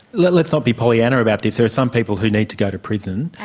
let's let's not be pollyanna about this, there are some people who need to go to prison.